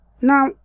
Now